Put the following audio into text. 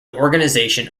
organization